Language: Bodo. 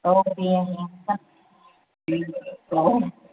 औ दे दोनसां दे